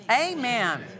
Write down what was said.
Amen